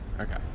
Okay